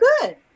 good